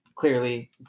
clearly